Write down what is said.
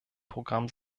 programm